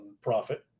profit